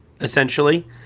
essentially